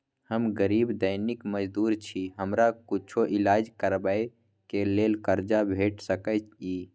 हम गरीब दैनिक मजदूर छी, हमरा कुछो ईलाज करबै के लेल कर्जा भेट सकै इ?